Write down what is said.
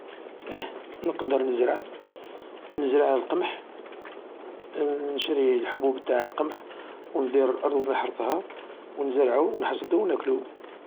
ايه نقدر نزرع ، نزرع القمح ، نشري الحبوب تاع القمح و ندير الارض و نحرثها ، و نزرعو و نحصدو و ناكلو